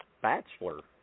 bachelor